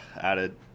added